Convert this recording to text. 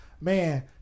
man